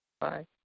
Bye